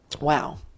Wow